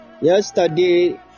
Yesterday